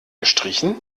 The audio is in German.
gestrichen